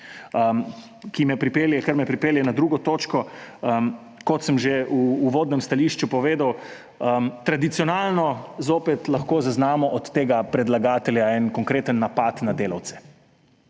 flirta ta zakon. Kar me pripelje na drugo točko, kot sem že v uvodnem stališču povedal, tradicionalno zopet lahko zaznamo od tega predlagatelja en konkreten napad na delavce.